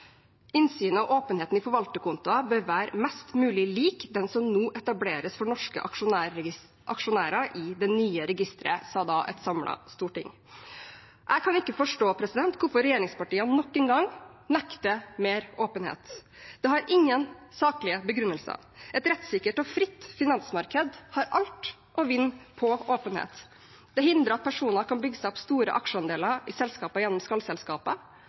og åpenheten i forvalterkontoer bør være mest mulig lik den som nå etableres for norske aksjonærer i det nye registeret», sa da et samlet storting. Jeg kan ikke forstå hvorfor regjeringspartiene nok en gang nekter mer åpenhet. Det har ingen saklige begrunnelser. Et rettssikkert og fritt finansmarked har alt å vinne på åpenhet. Det hindrer at personer kan bygge seg opp store aksjeandeler i selskaper gjennom